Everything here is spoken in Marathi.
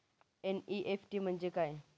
एन.ई.एफ.टी म्हणजे काय?